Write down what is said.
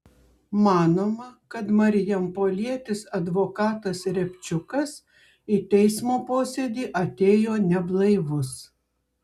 manoma kad marijampolietis advokatas riabčiukas į teismo posėdį atėjo neblaivus